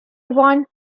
want